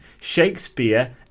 Shakespeare